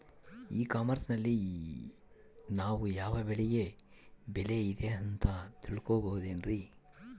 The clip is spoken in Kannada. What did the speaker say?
ಇ ಕಾಮರ್ಸ್ ನಲ್ಲಿ ನಾವು ಯಾವ ಬೆಳೆಗೆ ಬೆಲೆ ಇದೆ ಅಂತ ತಿಳ್ಕೋ ಬಹುದೇನ್ರಿ?